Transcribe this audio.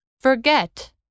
forget